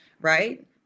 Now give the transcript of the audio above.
right